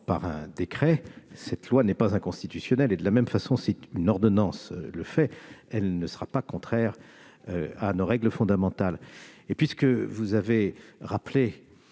par un décret n'est pas inconstitutionnelle. De la même façon, si une ordonnance le fait, elle ne sera pas contraire à nos règles fondamentales. Puisque vous avez rappelé,